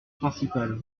principal